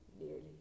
nearly